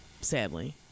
sadly